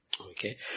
Okay